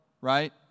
Right